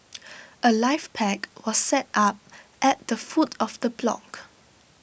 A life pack was set up at the foot of the block